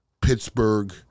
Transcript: Pittsburgh